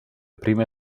prime